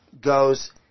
goes